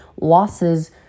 losses